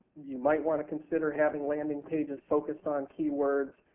you might want to consider having landing pages focused on keywords,